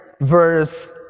verse